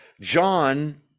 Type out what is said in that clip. John